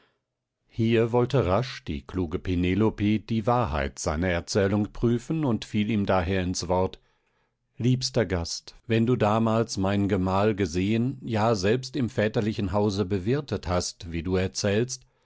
hier wollte rasch die kluge penelope die wahrheit seiner erzählung prüfen und fiel ihm daher ins wort liebster gast wenn du damals meinen gemahl gesehen ja selbst im väterlichen hause bewirtet hast wie du erzählst